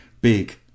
big